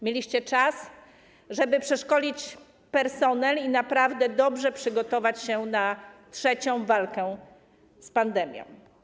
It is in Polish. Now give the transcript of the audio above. Mieliście czas, żeby przeszkolić personel i naprawdę dobrze przygotować się na trzecią falę pandemii.